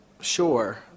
sure